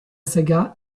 saga